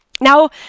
Now